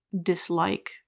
dislike